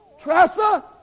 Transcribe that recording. Tressa